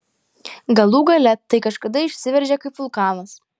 galų gale tai kažkada išsiveržia kaip vulkanas